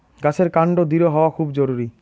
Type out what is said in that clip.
গাছের কান্ড দৃঢ় হওয়া খুব জরুরি